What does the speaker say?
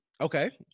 Okay